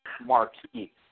marquee